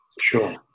Sure